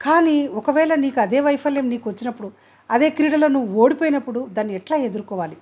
కానీ ఒకవేళ నీకు అదే వైఫల్యం నీకు వచ్చినప్పుడు అదే క్రీడలో నువ్వు ఓడిపోయినపుడు దాన్ని ఎట్లా ఎదురుకోవాలి